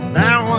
now